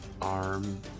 arm